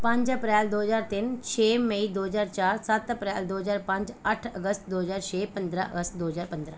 ਪੰਜ ਅਪ੍ਰੈਲ ਦੋ ਹਜ਼ਾਰ ਤਿੰਨ ਛੇ ਮਈ ਦੋ ਹਜ਼ਾਰ ਚਾਰ ਸੱਤ ਅਪ੍ਰੈਲ ਦੋ ਹਜ਼ਾਰ ਪੰਜ ਅੱਠ ਅਗਸਤ ਦੋ ਹਜ਼ਾਰ ਛੇ ਪੰਦਰ੍ਹਾਂ ਅਗਸਤ ਦੋ ਹਜ਼ਾਰ ਪੰਦਰ੍ਹਾਂ